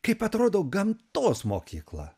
kaip atrodo gamtos mokykla